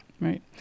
right